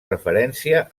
referència